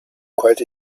quite